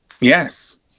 Yes